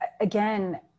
again